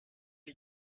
les